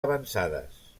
avançades